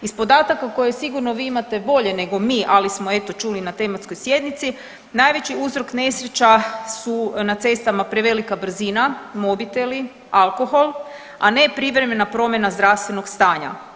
Iz podataka koje vi sigurno vi imate bolje nego mi, ali smo eto čuli na tematskoj sjednici najveći uzrok nesreća su na cestama prevelika brzina, mobiteli, alkohol, a ne privremena promjena zdravstvenog stanja.